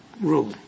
rule